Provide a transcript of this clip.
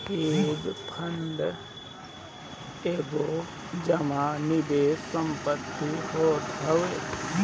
hedge fund एगो जमा निवेश संपत्ति होत हवे